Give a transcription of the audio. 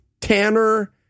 Tanner